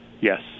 Yes